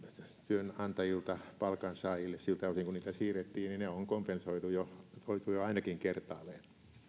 työnantajilta palkansaajille siltä osin kuin niitä siirrettiin on kompensoitu jo ainakin kertaalleen